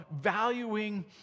valuing